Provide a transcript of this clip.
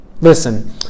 Listen